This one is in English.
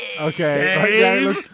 Okay